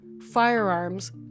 firearms